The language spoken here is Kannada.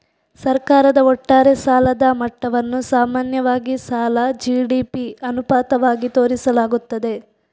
ಸರ್ಕಾರದ ಒಟ್ಟಾರೆ ಸಾಲದ ಮಟ್ಟವನ್ನು ಸಾಮಾನ್ಯವಾಗಿ ಸಾಲ ಜಿ.ಡಿ.ಪಿ ಅನುಪಾತವಾಗಿ ತೋರಿಸಲಾಗುತ್ತದೆ